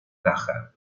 caja